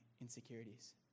insecurities